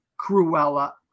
Cruella